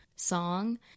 Song